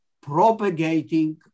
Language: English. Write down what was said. propagating